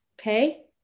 okay